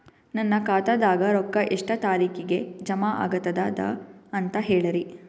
ನನ್ನ ಖಾತಾದಾಗ ರೊಕ್ಕ ಎಷ್ಟ ತಾರೀಖಿಗೆ ಜಮಾ ಆಗತದ ದ ಅಂತ ಹೇಳರಿ?